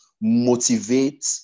motivate